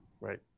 Right